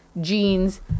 jeans